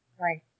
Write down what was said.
Right